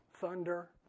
thunder